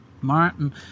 Martin